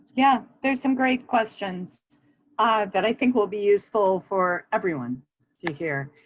yeah, there's some great questions ah that i think will be useful for everyone to hear.